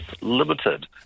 Limited